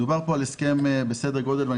מדובר פה על הסכם בסדר גודל,